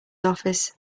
office